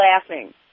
laughing